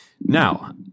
Now